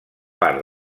part